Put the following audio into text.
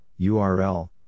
URL